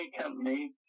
Company